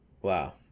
Wow